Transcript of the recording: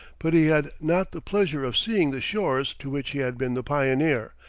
but he had not the pleasure of seeing the shores to which he had been the pioneer,